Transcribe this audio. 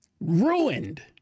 ruined